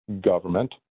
government